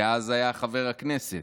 דאז היה חבר הכנסת.